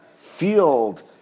field